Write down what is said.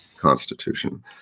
constitution